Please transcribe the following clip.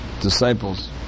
disciples